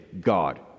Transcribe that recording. God